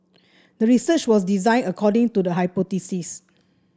the research was designed according to the hypothesis